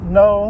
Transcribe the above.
no